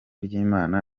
ry’imana